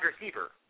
receiver